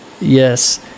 yes